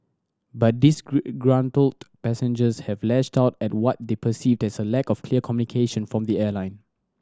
but disgruntled passengers have lashed out at what they perceived as a lack of clear communication from the airline